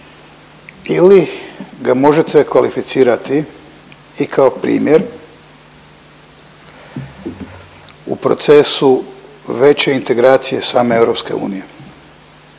ili ga možete kvalificirati i kao primjer u procesu veće integracije same EU,